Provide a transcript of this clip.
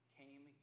came